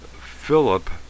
Philip